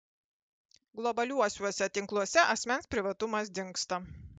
globaliuosiuose tinkluose asmens privatumas dingsta